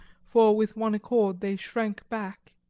for with one accord they shrank back.